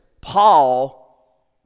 Paul